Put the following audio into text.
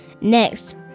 Next